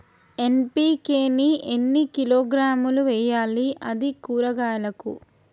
NPK ని ఎన్ని కిలోగ్రాములు వెయ్యాలి? అది కూరగాయలకు?